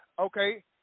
okay